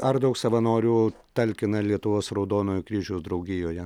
ar daug savanorių talkina lietuvos raudonojo kryžiaus draugijoje